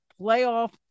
playoff